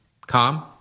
calm